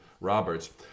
Roberts